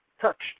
touched